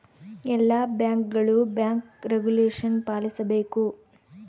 ಎಲ್ಲ ಬ್ಯಾಂಕ್ಗಳು bank regulation ಪಾಲಿಸಬೇಕು